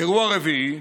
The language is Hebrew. אירוע רביעי: